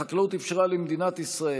החקלאות אפשרה למדינת ישראל,